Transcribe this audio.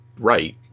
right